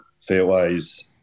Fairways